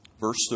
verse